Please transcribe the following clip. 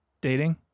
dating